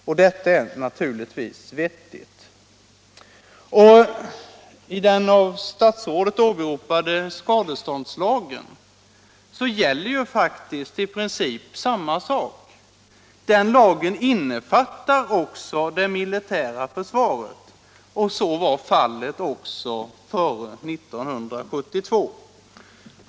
Och detta är naturligtvis vettigt. I den av statsrådet åberopade skadeståndslagen gäller faktiskt i princip samma sak. Den lagen innefattar också det militära försvaret. Och så var fallet även före 1972.